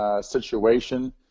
situation